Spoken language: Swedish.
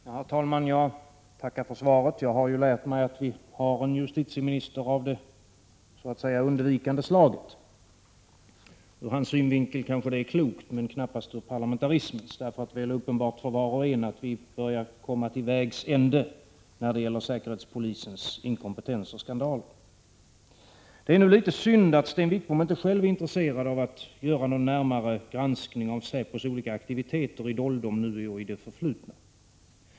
Herr talman! Jag tackar för svaret på min interpellation. Jag har ju lärt mig att vi har en justitieminister av det så att säga undvikande slaget. Ur hans synvinkel kanske det är ett klokt sätt att agera, men knappast ur parlamentarismens. Det är uppenbart för var och en att vi börjar komma till vägs ände när det gäller säkerhetspolisens inkompetens och skandaler. Det är litet synd att Sten Wickbom inte själv är intresserad av att göra någon närmare undersökning av säpos olika aktiviteter i doldom nu och i det förflutna.